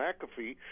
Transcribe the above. McAfee